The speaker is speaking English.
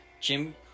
Jim